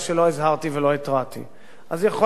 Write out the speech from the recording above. אז יכול להיות שהסגנון היה בוטה ומיותר,